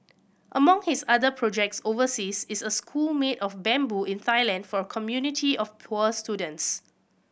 among his other projects overseas is a school made of bamboo in Thailand for a community of poor students